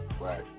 Right